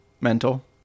Mental